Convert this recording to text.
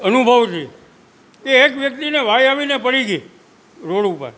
અનુભવ છે કે એક વ્યક્તિને વાઈ આવીને પડી ગઈ રોડ ઉપર